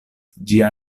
ĝia